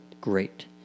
great